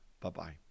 Bye-bye